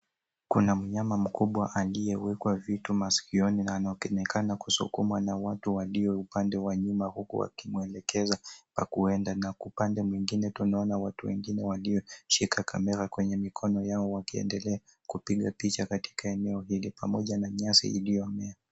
Kuna mnyama mkubwa aliyewekwa vitu masikioni na anaonekana kusukumwa na watu walio upande wa nyuma, huku wakimwelekeza pa kuenda na upande wa kuenda na upande mwingine tunaona watu wengine walioshika kamera kwenye mikono yao wakiendelea kupiga picha katika eneo hili pamoja na nyasi iliyomea.